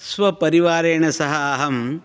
स्वपरिवारेण सह अहं